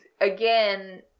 again